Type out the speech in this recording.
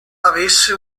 avesse